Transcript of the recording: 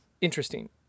interesting